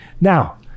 Now